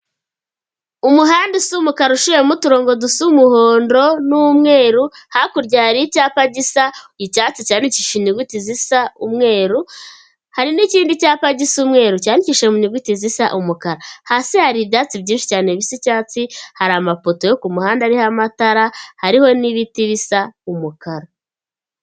Umuhanda usa umukara uciyemo uturongo dusa umuhondo n'umweru, hakurya hari icyapa gisa icyatsi cyandikishije inyuguti zisa umweru, hari n'ikindi cyapa gisa umweru cyandikishije mu nyuguti zisa umukara. Hasi hari ibyatsi byinshi cyane bisa icyatsi, hari amapoto yo ku muhanda ariho amatara, hariho n'ibiti bisa umukara.